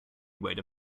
weighed